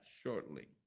shortly